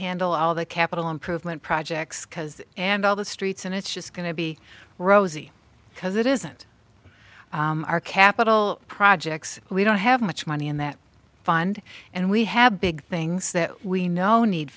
handle all the capital improvement projects cars and all the streets and it's just going to be rosy because it isn't our capital projects we don't have much money in that fund and we have big things that we know need